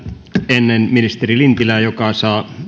ennen ministeri lintilää joka saa